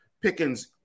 Pickens